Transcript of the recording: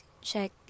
check